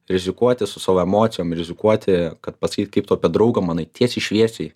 rizikuoti su savo emocijom rizikuoti kad pasakyt kaip tu apie draugą manai tiesiai šviesiai